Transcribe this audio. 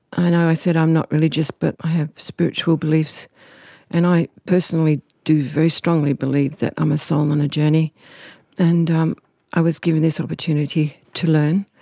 i and i said i'm not religious but i have spiritual beliefs and i personally do very strongly believe that i'm a soul on a journey and um i was given this opportunity to learn,